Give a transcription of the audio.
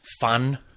fun